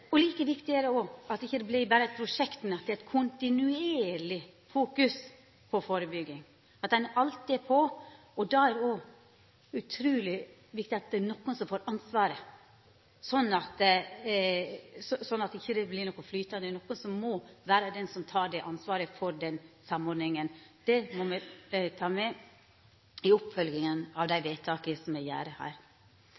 Like viktig er det at det ikkje berre vert eit prosjekt, men at det er eit kontinuerleg fokus på førebygging, at ein alltid er på. Da er det òg utruleg viktig at det er nokon som får ansvaret, sånn at det ikkje vert noko som flyt, men at nokon må ta ansvaret for den samordninga. Det må me ta med i oppfølginga av dei